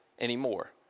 anymore